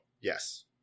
Yes